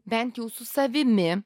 bent jau su savimi